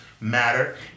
matter